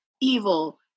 evil